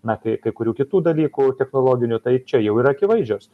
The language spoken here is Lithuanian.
na kai kai kurių kitų dalykų technologinių tai čia jau yra akivaizdžios